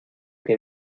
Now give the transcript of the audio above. que